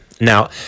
Now